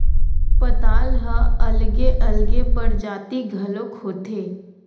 पताल ह अलगे अलगे परजाति घलोक होथे